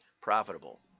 profitable